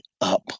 up